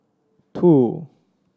two